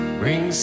bring